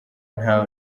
nta